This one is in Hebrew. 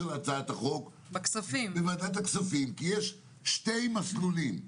להצעת החוק בוועדת הכספים מכיוון שיש שני מסלולים.